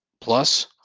Plus